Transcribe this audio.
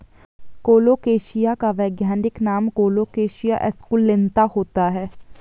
colocasia का वैज्ञानिक नाम कोलोकेशिया एस्कुलेंता होता है